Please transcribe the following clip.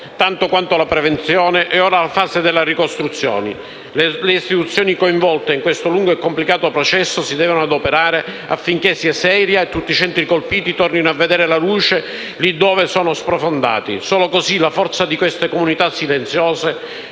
tanto quanto la prevenzione, è ora la fase di ricostruzione: le istituzioni coinvolte in questo lungo e complicato processo si devono adoperare affinché sia seria e tutti i centri colpiti tornino a vedere la luce lì dove sono sprofondati. Solo così la forza di queste comunità silenziose